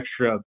extra